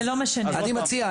אז אני מציע,